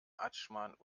adschman